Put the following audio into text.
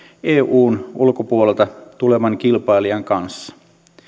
eun ulkopuolelta tulevan kilpailijan kanssa